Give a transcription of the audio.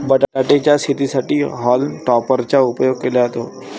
बटाटे च्या शेतीसाठी हॉल्म टॉपर चा उपयोग केला जातो